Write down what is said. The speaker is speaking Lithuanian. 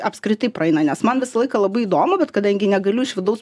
apskritai praeina nes man visą laiką labai įdomu bet kadangi negaliu iš vidaus